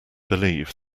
believe